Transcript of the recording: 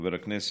חבר הכנסת,